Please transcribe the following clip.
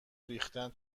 ریختن